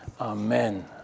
Amen